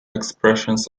expressions